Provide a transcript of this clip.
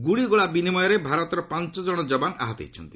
ଗୁଳିଗୋଳା ବିନିମୟରେ ଭାରତର ପାଞ୍ଚ କଣ ଯବାନ ଆହତ ହୋଇଛନ୍ତି